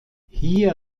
hier